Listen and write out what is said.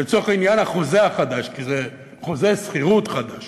לצורך העניין, החוזה החדש, כי זה חוזה שכירות חדש.